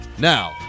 Now